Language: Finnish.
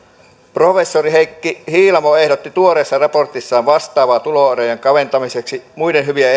professori heikki hiilamo ehdotti tuoreessa raportissaan vastaavaa tuloerojen kaventamiseksi muiden hyvien